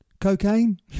cocaine